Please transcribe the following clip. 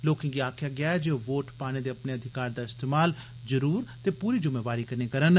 लोकें गी आक्खेआ गेया जे ओह् वोट पाने दे अपने अधिकार दा इस्तमाल जरूर ते पूरी जुम्मेवारी कन्नै करन